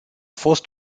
fost